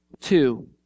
Two